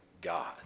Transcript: God